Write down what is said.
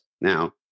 Now